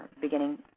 beginning